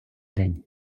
день